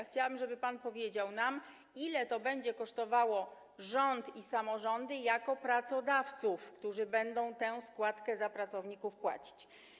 Chciałabym, żeby pan nam powiedział, ile to będzie kosztowało rząd i samorządy jako pracodawców, którzy będą tę składkę za pracowników płacić.